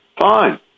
fine